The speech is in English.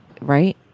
Right